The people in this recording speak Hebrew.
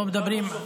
לא מדברים,